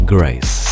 Grace